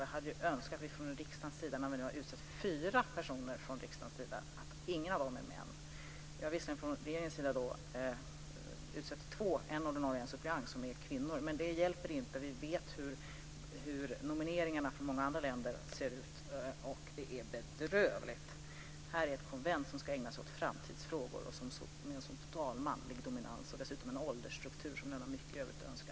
Jag hade ju önskat mer från riksdagens sida, som har utsett fyra personer. Från regeringens sida har vi visserligen utsett två, en ordinarie och en suppleant, som är kvinnor, men det hjälper inte. Vi vet hur nomineringarna från många andra länder ser ut, och det är bedrövligt. Det här är ett konvent som ska ägna sig åt framtidsfrågor och som har en total manlig dominans och dessutom en åldersstruktur som lämnar mycket övrigt att önska.